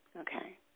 Okay